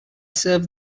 serve